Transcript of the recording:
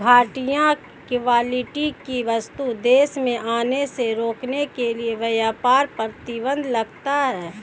घटिया क्वालिटी की वस्तुएं देश में आने से रोकने के लिए व्यापार प्रतिबंध लगता है